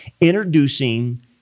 introducing